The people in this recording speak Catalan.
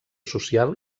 social